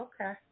Okay